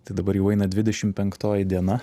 tai dabar jau eina dvidešimt penktoji diena